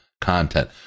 content